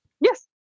Yes